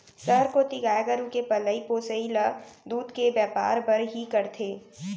सहर कोती गाय गरू के पलई पोसई ल दूद के बैपार बर ही करथे